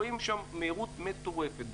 רואים שם מהירות מטורפת,